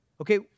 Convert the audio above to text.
Okay